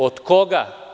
Od koga?